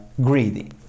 greedy